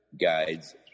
guides